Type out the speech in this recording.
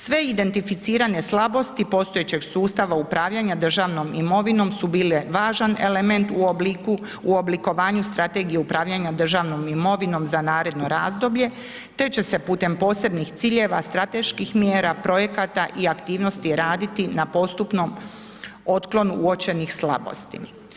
Sve identificirane slabosti postojećeg sustava upravljanja državnom imovinom su bile važan element u obliku, u oblikovanju strategije upravljanja državnom imovinom za naredno razdoblje, te će se putem posebnih ciljeva, strateških mjera, projekata i aktivnosti, raditi na postupnom otklonu uočenih slabosti.